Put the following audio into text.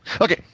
Okay